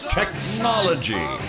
technology